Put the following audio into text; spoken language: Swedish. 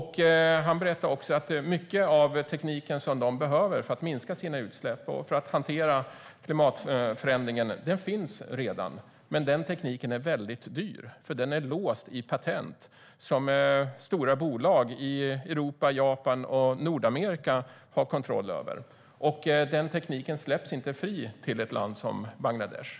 Han berättade också att mycket av den teknik som man behöver för att minska sina utsläpp och för att hantera klimatförändringarna redan finns, men den tekniken är väldigt dyr därför att den är låst i patent som stora bolag i Europa, Japan och Nordamerika har kontroll över. Den tekniken släpps inte fri till ett land som Bangladesh.